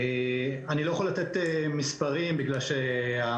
אני לא יכול לתת מספרים בגלל שמערכת